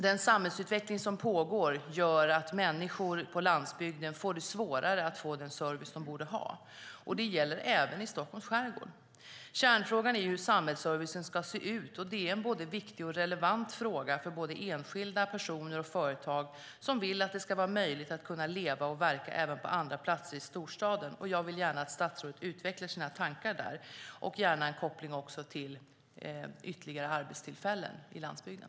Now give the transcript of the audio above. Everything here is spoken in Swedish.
Den samhällsutveckling som pågår gör att människor på landsbygden får det svårare att få den service de borde ha. Det gäller även i Stockholms skärgård. Kärnfrågan är hur samhällsservicen ska se ut. Det är en viktig och relevant fråga för både enskilda personer och företag som vill att det ska vara möjligt att leva och verka även på andra platser än i storstaden, och jag vill gärna att statsrådet utvecklar sina tankar om detta, gärna också med koppling till frågan om ytterligare arbetstillfällen på landsbygden.